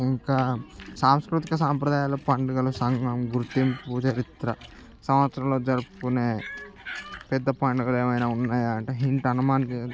ఇంకా సాంస్కృతిక సాంప్రదాయాలు పండుగలు సంగం గుర్తింపు చరిత్ర సంవత్సరంలో జరుపుకునే పెద్ద పండుగలేమైనా ఉన్నాయా అంటే ఇంట హనుమాన్